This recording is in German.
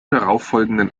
darauffolgenden